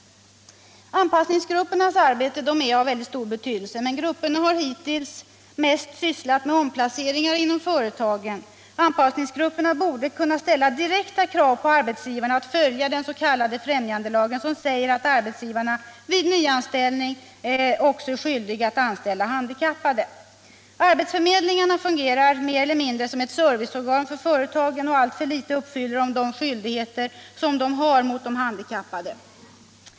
Anpassningsgruppernas arbete är av mycket stor betydelse. Men grupperna har hittills mest sysslat med omplaceringar inom företagen. Anpassningsgrupperna borde kunna ställa direkta krav på arbetsgivarna att följa den s.k. främjandelagen, som säger att arbetsgivarna vid nyanställning är skyldiga att anställa också handikappade. Arbetsförmedlingarna fungerar mer eller mindre som serviceorgan för företagen och uppfyller alltför litet de skyldigheter man har mot de handikappade.